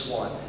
one